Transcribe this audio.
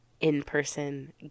in-person